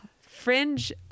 Fringe